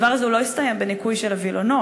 הדבר הזה לא יסתיים בניקוי של הווילונות,